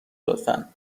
لطفا